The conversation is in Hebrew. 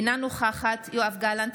אינה נוכחת יואב גלנט,